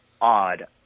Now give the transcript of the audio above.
odd